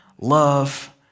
love